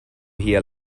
here